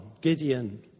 Gideon